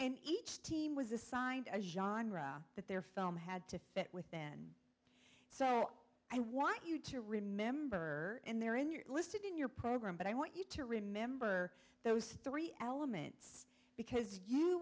and each team was assigned a genre that their film had to fit within so i want you to remember in there in you're listed in your program but i want you to remember those three elements because you